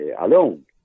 alone